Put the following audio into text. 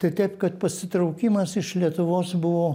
tai taip kad pasitraukimas iš lietuvos buvo